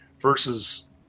versus